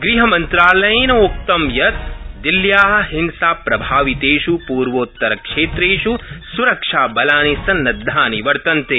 ग़हमन्त्रालयेनोक्तं यत् दिल्ल्या हिंसाप्रभावितेष् पूर्वोत्तरक्षेत्रेष् स्रक्षाबलानि सन्नद्धानि वर्तन्ते